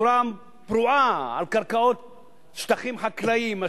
בצורה פרועה על קרקעות שטחים חקלאיים,